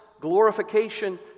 glorification